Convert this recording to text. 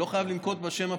לא חייב לנקוב בשם הפרטי.